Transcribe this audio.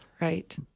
right